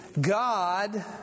God